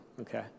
Okay